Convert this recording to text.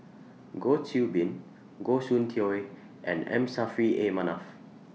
Goh Qiu Bin Goh Soon Tioe and M Saffri A Manaf